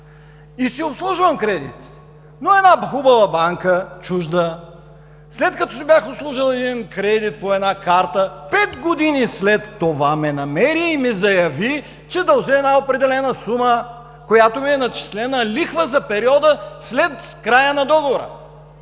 и си обслужвам кредитите. Една хубава банка – чужда, след като си бях обслужил кредита по една карта, пет години след това ме намери и ми заяви, че дължа определена сума, на която ми е начислена лихва за периода след края на договора.